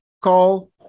call